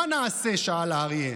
מה נעשה, שאל האריה?